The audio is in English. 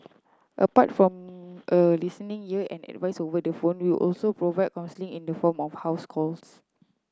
apart from a listening ear and advice over the phone we also provide counselling in the form of house calls